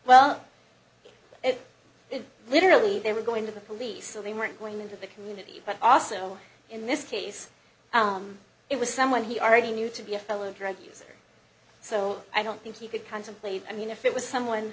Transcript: well it literally they were going to the police so they weren't going into the community but also in this case it was someone he already knew to be a fellow drug user so i don't think you could contemplate i mean if it was someone